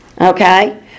Okay